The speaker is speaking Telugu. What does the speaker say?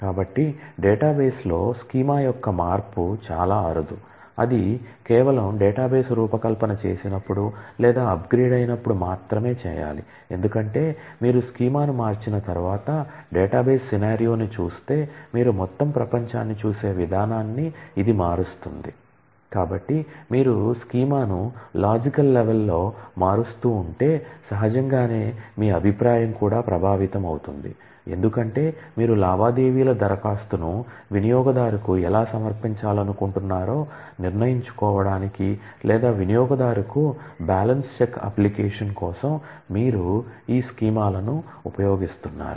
కాబట్టి డేటాబేస్ లో స్కీమా యొక్క మార్పు చాలా అరుదు అది కేవలం డేటాబేస్ రూపకల్పన చేసినప్పుడు లేదా అప్గ్రేడ్ కోసం మీరు ఈ స్కీమాలను ఉపయోగిస్తున్నారు